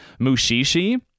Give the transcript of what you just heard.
Mushishi